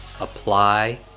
apply